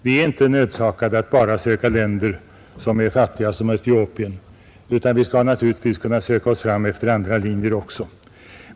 Vi är inte nödsakade att bara söka ut de fattigaste länderna, som t.ex. Etiopien, utan vi skall naturligtvis kunna söka oss fram efter andra linjer också.